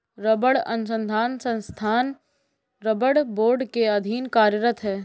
रबड़ अनुसंधान संस्थान रबड़ बोर्ड के अधीन कार्यरत है